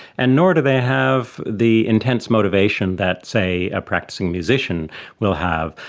and nor do they have the intense motivation that, say, a practising musician will have.